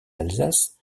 alsace